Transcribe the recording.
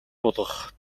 болгох